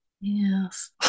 yes